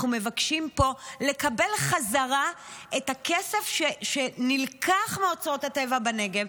אנחנו מבקשים לקבל חזרה את הכסף שנלקח מאוצרות הטבע בנגב,